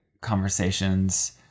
conversations